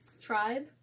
tribe